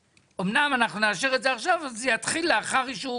אמנם אנחנו נאשר את זה עכשיו אבל זה יתחיל לאחר אישור